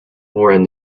more